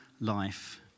life